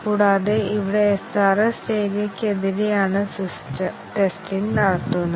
കൂടാതെ ഇവിടെ SRS രേഖയ്ക്കെതിരെയാണ് ടെസ്റ്റിങ് നടത്തുന്നത്